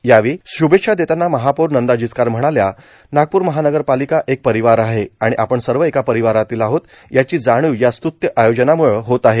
यावेळी श्भेच्छा देताना महापौर नंदा जिचकार म्हणाल्या नागप्र महानगरपालिका एक परिवार आहे आणि आपण सर्व एका परिवारातील आहोत याची जाणीव या स्तूत्य आयोजनाम्ळे होत आहे